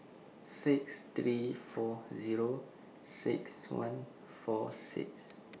six three four Zero six one four six